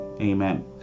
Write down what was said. Amen